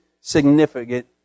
significant